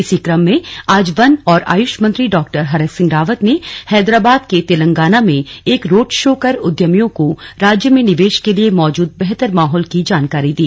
इसी क्रम में आज वन और आयुष मंत्री डॉ हरक सिंह रावत ने हैदराबाद के तेलंगाना में एक रोड़ शो कर उद्यमियों को राज्य में निवेश के लिए मौजूद बेहतर माहौल की जानकारी दी